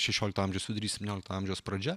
šešiolikto amžiaus vidurys septyniolikto amžiaus pradžia